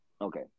okay